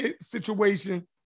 situation